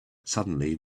suddenly